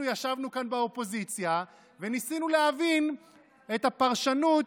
אנחנו ישבנו כאן באופוזיציה וניסינו להבין את הפרשנות,